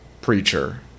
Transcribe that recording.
Preacher